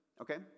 Okay